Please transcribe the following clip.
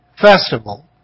festival